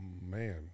man